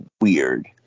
weird